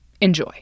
Enjoy